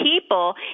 people